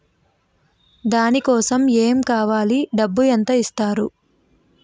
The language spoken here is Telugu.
దాని కోసం ఎమ్ కావాలి డబ్బు ఎంత ఇస్తారు?